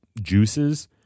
juices